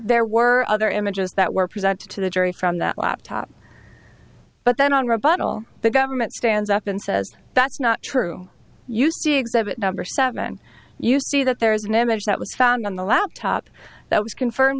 there were other images that were presented to the jury from that laptop but then on rebuttal the government stands up and says that's not true you see exhibit number seven you see that there is an image that was found on the laptop that was confirmed